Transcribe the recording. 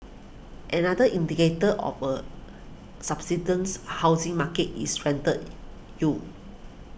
another indicator of a substance housing market is rental you